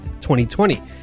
2020